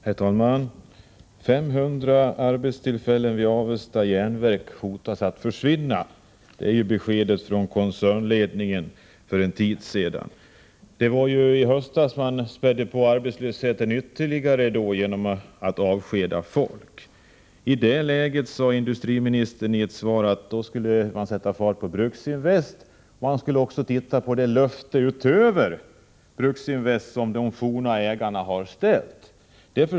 Herr talman! 500 arbetstillfällen vid Avesta Järnverk hotar att försvinna. Det är beskedet från koncernledningen för en tid sedan. Det var i höstas som man spädde på arbetslösheten ytterligare genom att avskeda folk. I det läget, sade industriministern i ett frågesvar, skulle regeringen sätta fart på Bruksinvest. Industriministern hänvisade också till det löfte om insatser utöver satsningen i Bruksinvest som de tidigare ägarna har avgivit.